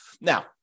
Now